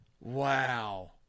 Wow